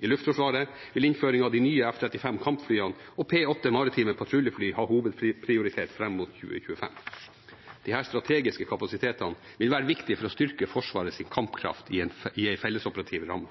I Luftforsvaret vil innføring av de nye F-35 kampflyene og P-8 maritime patruljefly ha hovedprioritet frem mot 2025. Disse strategiske kapasitetene vil være viktige for å styrke Forsvarets kampkraft i en fellesoperativ ramme.